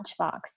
lunchbox